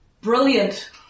brilliant